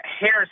Harris